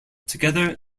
together